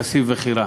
כסיף וחירן,